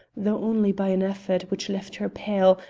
though only by an effort which left her pale,